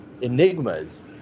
enigmas